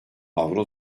avro